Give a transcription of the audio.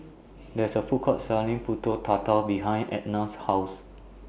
There IS A Food Court Selling Pulut Tatal behind Etna's House